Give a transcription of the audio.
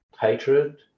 hatred